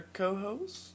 co-host